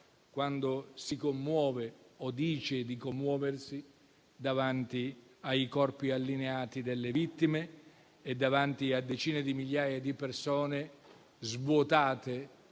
quando si commuove o dice di commuoversi davanti ai corpi allineati delle vittime e davanti a decine di migliaia di persone private